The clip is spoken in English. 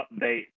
update